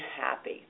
happy